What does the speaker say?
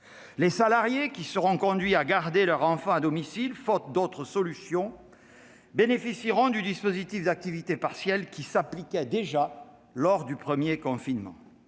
Les salariés qui seront conduits à garder leur enfant à domicile, faute d'autre solution, bénéficieront du dispositif d'activité partielle qui s'appliquait déjà lors du premier confinement.